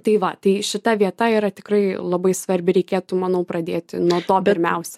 tai va tai šita vieta yra tikrai labai svarbi reikėtų manau pradėti nuo to pirmiausia